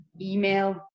email